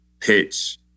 pitch